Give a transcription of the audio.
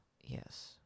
yes